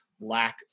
lack